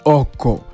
oko